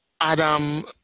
Adam